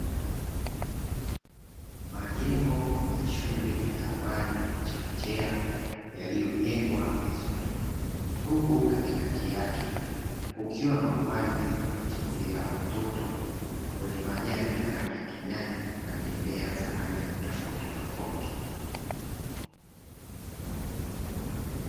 Majengo ya shule ya awali na chekechea yaliyojengwa vizuri. Huku katikati yake kukiwa na uwazi wa kuchezea watoto, wenye majani ya rangi ya kijani a rangi na bendera za rangi tofauti tofauti.